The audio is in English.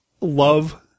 love